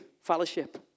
fellowship